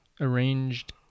arranged